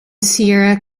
sierra